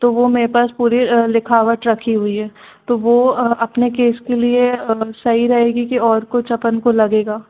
तो वो मेरे पास पूरी लिखावट रखी हुई है तो वो अपने केस के लिए सही रहेगी कि और कुछ अपन को लगेगा